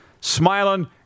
Smiling